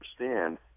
understand